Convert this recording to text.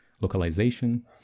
localization